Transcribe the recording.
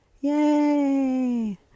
Yay